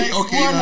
okay